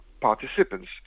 participants